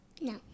No